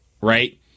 right